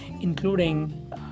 including